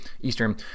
Eastern